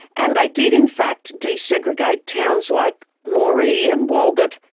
and they did, in fact, desegregate towns like moree and walgett.